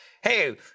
hey